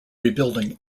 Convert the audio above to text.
rebuilding